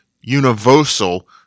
universal